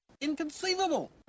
Inconceivable